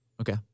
Okay